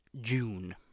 June